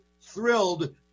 thrilled